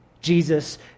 Jesus